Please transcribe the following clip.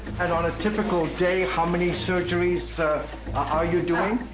and on a typical day, how many surgeries are you doing?